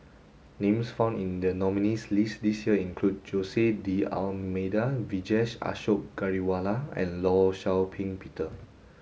names found in the nominees list this year include Jose D Almeida Vijesh Ashok Ghariwala and Law Shau Ping Peter